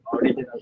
original